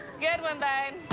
good one, babe.